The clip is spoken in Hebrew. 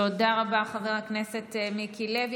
תודה רבה, חבר הכנסת מיקי לוי.